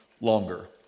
longer